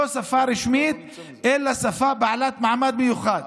לא שפה רשמית אלא שפה בעלת מעמד מיוחד.